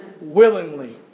willingly